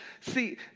See